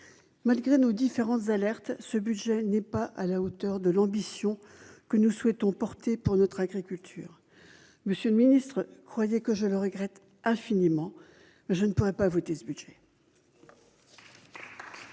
malgré nos différences alerte ce budget n'est pas à la hauteur de l'ambition que nous souhaitons porter pour notre agriculture, monsieur le Ministre, croyait que je le regrette infiniment, je ne pourrai pas voter ce budget.